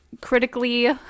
critically